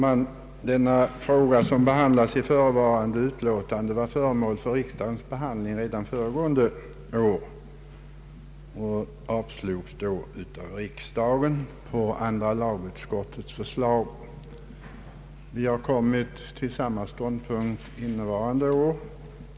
Herr talman! Denna fråga var föremål för riksdagens behandling redan förra året, och yrkandet avslogs då av riksdagen på andra lagutskottets förslag. Vi har kommit till samma ståndpunkt innevarande år.